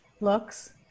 looks